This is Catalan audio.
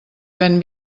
ven